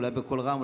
אולי בקול רם,